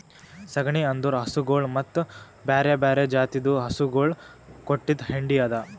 ಸಗಣಿ ಅಂದುರ್ ಹಸುಗೊಳ್ ಮತ್ತ ಬ್ಯಾರೆ ಬ್ಯಾರೆ ಜಾತಿದು ಹಸುಗೊಳ್ ಕೊಟ್ಟಿದ್ ಹೆಂಡಿ ಅದಾ